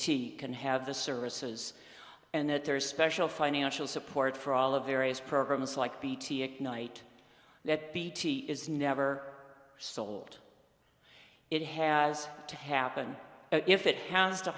bt can have the services and that there is special financial support for all of various programs like bt ignite that bt is never sold it has to happen if it has to